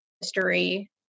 history